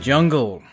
Jungle